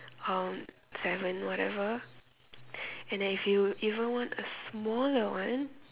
um seven whatever and then if you even want a smaller one